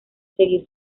seguir